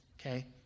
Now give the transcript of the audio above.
okay